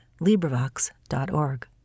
LibriVox.org